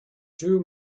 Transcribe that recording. too